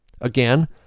Again